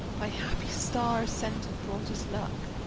thy happy star ascendant brought us luck,